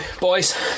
boys